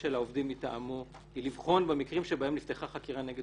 ושל העובדים מטעמו היא לבחון במקרים שבהם נפתחה חקירה נגד